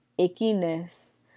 ickiness